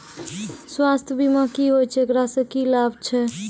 स्वास्थ्य बीमा की होय छै, एकरा से की लाभ छै?